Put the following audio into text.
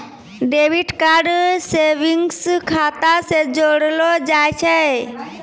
debit card savings खाता से जोड़लो जाय छै